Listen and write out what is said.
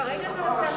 עברית כשפה ראשית,